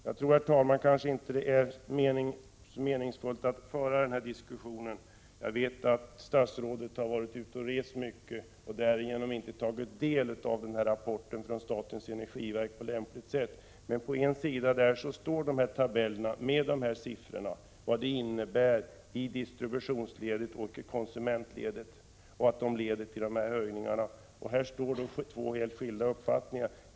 Jag tror kanske inte att det är så meningsfullt att föra diskussionen längre. Jag vet att statsrådet har varit ute och rest mycket och därför inte tagit del av rapporten från statens energiverk på lämpligt sätt. På en sida i den rapporten finns tabeller med de siffror som jag anfört. Det redovisas också vad det hela innebär i distributionsledet och i konsumentledet — det blir prishöjningar. Här står två helt skilda uppfattningar mot varandra.